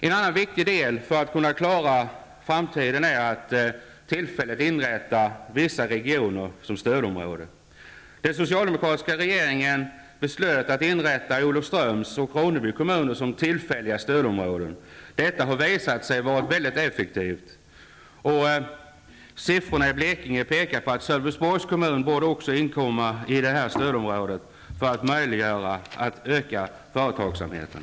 En annan viktig åtgärd för att kunna klara framtiden är att tillfälligt göra vissa regioner till stödområden. Den socialdemokratiska regeringen beslöt att förklara Olofströms och Kroneby kommuner som tillfälliga stödområden. Detta har visat sig vara mycket effektivt. Siffrorna i Blekinge tyder på att Sölvesborgs kommun också borde ingå i detta stödområde för att möjliggöra en ökning av företagsamheten.